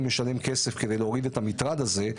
לשלם כסף כדי להוריד את המטרד הזה,